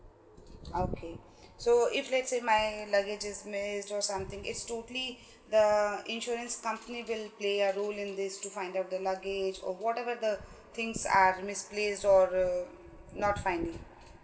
okay so if let's say my luggage is missing or something it's totally the insurance company will play a role in this to find out the luggage or whatever the things are misplaced or um not finding